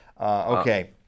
Okay